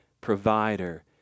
provider